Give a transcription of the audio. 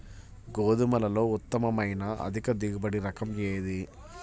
గోధుమలలో ఉత్తమమైన అధిక దిగుబడి రకం ఏది?